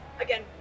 again